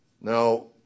Now